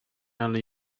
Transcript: only